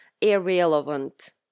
irrelevant